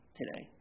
today